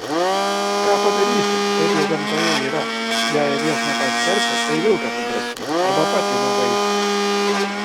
ką padarysi taip jau gamtoje yra jei avies nepaskersi tai vilkas sudraskys arba pati nugaiš